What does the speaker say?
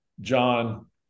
John